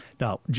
Now